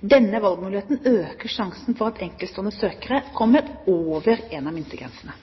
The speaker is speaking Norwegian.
Denne valgmuligheten øker sjansen for at enkeltstående søkere kommer over en av